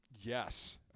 Yes